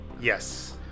yes